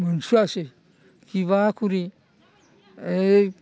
मोनस'आसै किबा खुरि ओइ